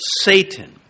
Satan